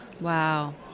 Wow